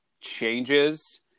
changes